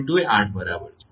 2 એ 8 બરાબર છે